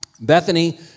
Bethany